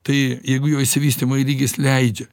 tai jeigu jo išsivystymo lygis leidžia